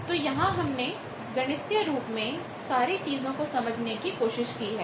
तो यहां हमने गणितीय रूप में सारी चीजों को समझाने की कोशिश की है